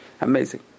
amazing